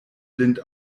blind